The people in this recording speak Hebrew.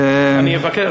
תודה.